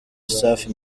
safi